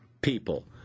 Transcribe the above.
people